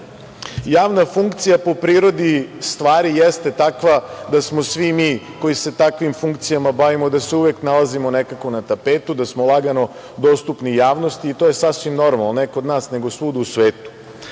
Palmu. Javna funkcija po prirodi stvari jeste takva da smo svi mi koji se takvim funkcijama bavimo, se uvek nalazimo nekako na tapetu, da smo lako dostupni javnosti i to je sasvim normalno. Ne kod nas, nego svuda u svetu,